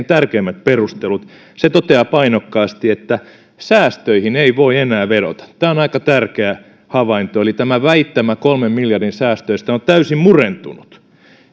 tärkeimmät perustelut se toteaa painokkaasti että säästöihin ei voi enää vedota tämä on aika tärkeä havainto eli tämä väittämä kolmen miljardin säästöistä on täysin murentunut